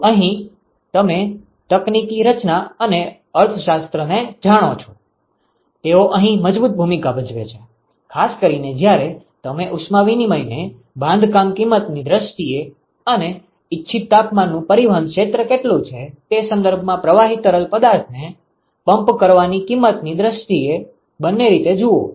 તો અહીં તમે તકનીકી રચના અને અર્થશાસ્ત્ર ને જાણો છો તેઓ અહીં મજબૂત ભૂમિકા ભજવે છે ખાસ કરીને જ્યારે તમે ઉષ્મા વિનિમય ને બાંધકામ કિંમતની દ્રષ્ટિએ અને ઇચ્છિત તાપમાનનું પરિવહન ક્ષેત્ર કેટલુ છે તે સંદર્ભમાં પ્રવાહી તરલ પદાર્થને પમ્પ કરવાની કિંમતની દ્રષ્ટિએ બંને રીતે જુઓ